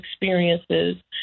experiences